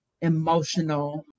emotional